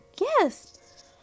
Yes